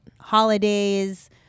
holidays